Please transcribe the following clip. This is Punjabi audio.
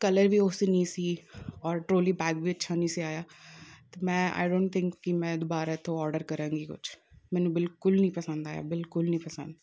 ਕਲਰ ਵੀ ਉਸ ਨਹੀਂ ਸੀ ਔਰ ਟਰੋਲੀ ਬੈਗ ਵਿੱਚ ਵੀ ਨਹੀਂ ਸੀ ਆਇਆ ਅਤੇ ਮੈਂ ਆਈ ਡੋਂਟ ਥਿੰਕ ਕਿ ਮੈਂ ਦੁਬਾਰਾ ਇੱਥੋਂ ਔਡਰ ਕਰਾਂਗੀ ਕੁਛ ਮੈਨੂੰ ਬਿਲਕੁਲ ਨਹੀਂ ਪਸੰਦ ਆਇਆ ਬਿਲਕੁਲ ਨਹੀਂ ਪਸੰਦ